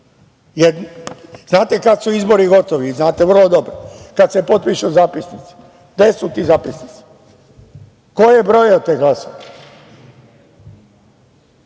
Znate kad su izbori gotovi? Znate vrlo dobro, kada se potpišu zapisnici. Gde su ti zapisnici? Ko je brojao te glasove? Verujte